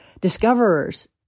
discoverers